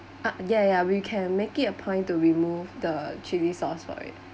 ah yeah yeah we can make it a point to remove the chili sauce for it